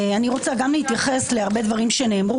אני רוצה גם להתייחס להרבה דברים שנאמרו